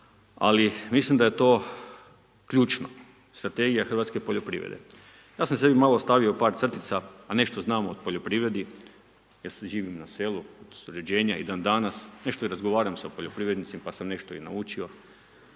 Ali, mislim da je to ključno, strategija hrvatske poljoprivrede. Ja sam sebi malo ostavio par crtica, a nešto znam o poljoprivredi, jer sad živim na selu, u surađenje i dan danas. Nešto i razgovaram sa poljoprivrednicima pa sam nešto i naučio.